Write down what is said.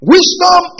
Wisdom